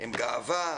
הם גאווה,